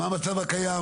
מה המצב הקיים?